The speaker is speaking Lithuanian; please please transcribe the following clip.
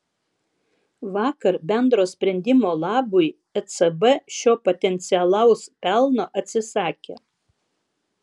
vakar bendro sprendimo labui ecb šio potencialaus pelno atsisakė